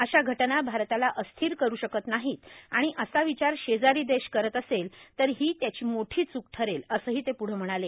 अश्या घटना भारताला अस्थिर करू शकत नाही आणि असा विचार शेजारी देश करत असेल तर ही मोठी च्क ठरेल असंही ते प्ढं म्हणाले